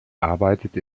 arbeitet